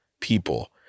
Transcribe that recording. people